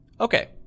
Okay